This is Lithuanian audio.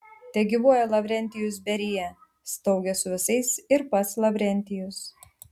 tegyvuoja lavrentijus berija staugė su visais ir pats lavrentijus